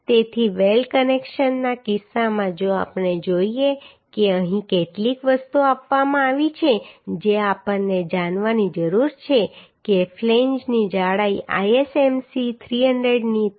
તેથી વેલ્ડ કનેક્શનના કિસ્સામાં જો આપણે જોઈએ કે અહીં કેટલીક વસ્તુઓ આપવામાં આવી છે જે આપણને જાણવાની જરૂર છે કે ફ્લેંજની જાડાઈ ISMC 300 ની 13